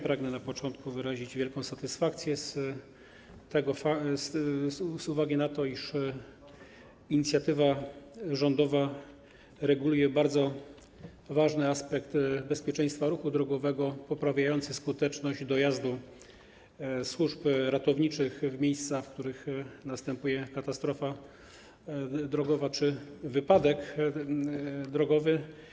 Pragnę na początku wyrazić wielką satysfakcję, iż inicjatywa rządowa reguluje bardzo ważny aspekt bezpieczeństwa ruchu drogowego, poprawiając skuteczność dojazdu służb ratowniczych w miejsca, w których nastąpiły katastrofa drogowa czy wypadek drogowy.